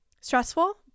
stressful